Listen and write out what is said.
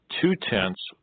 two-tenths